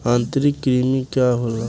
आंतरिक कृमि का होला?